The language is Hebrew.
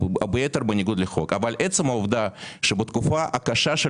ביתר בניגוד לחוק אבל עצם העובדה שבתקופה הקשה של